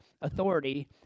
authority